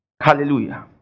Hallelujah